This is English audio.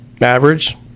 Average